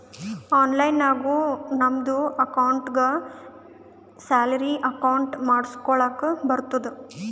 online ನಾಗು ನಮ್ದು ಅಕೌಂಟ್ಗ ಸ್ಯಾಲರಿ ಅಕೌಂಟ್ ಮಾಡ್ಕೊಳಕ್ ಬರ್ತುದ್